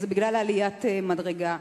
זה בגלל עליית מדרגה.